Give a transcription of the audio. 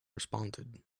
responded